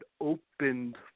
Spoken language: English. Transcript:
opened